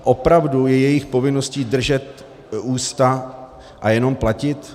Opravdu je jejich povinností držet ústa a jenom platit?